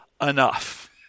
enough